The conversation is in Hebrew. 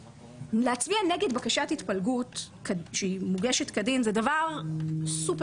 להצביע נגד בקשת התפלגות שמוגשת כדין זה דבר סופר-חריג.